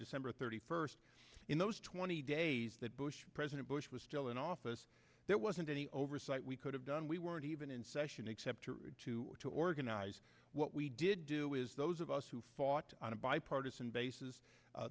december thirty first in those twenty days that bush president bush was still in office there wasn't any oversight we could have done we weren't even in session except to organize what we did do is those of us who fought on a bipartisan basis